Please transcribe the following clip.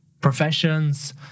professions